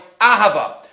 Ahava